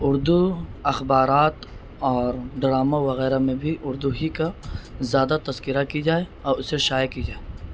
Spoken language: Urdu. اردو اخبارات اور ڈرامہ وغیرہ میں بھی اردو ہی کا زیادہ تذکیرہ کی جائے اور اسے شع کی جائے